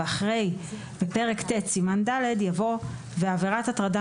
ואחרי "בפרק ט' סימן ד'" יבוא "ועבירת הטרדה